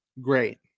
great